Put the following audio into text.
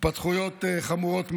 התפתחויות חמורות מאוד,